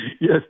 Yes